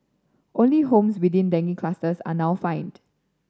only homes within dengue clusters are now fined